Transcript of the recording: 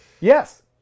Yes